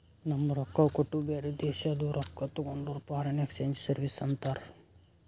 ನಮ್ ರೊಕ್ಕಾ ಕೊಟ್ಟು ಬ್ಯಾರೆ ದೇಶಾದು ರೊಕ್ಕಾ ತಗೊಂಡುರ್ ಫಾರಿನ್ ಎಕ್ಸ್ಚೇಂಜ್ ಸರ್ವೀಸ್ ಅಂತಾರ್